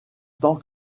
tant